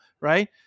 Right